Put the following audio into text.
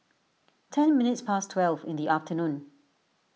ten minutes past twelve in the afternoon